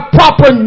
proper